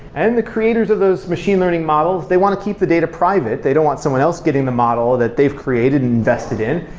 and the creators of those machine learning models, they want to keep the data private. they don't want someone else getting the model that they've created and invested in,